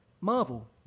Marvel